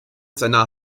seiner